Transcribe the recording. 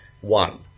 one